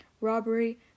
Robbery